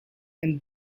and